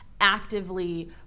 actively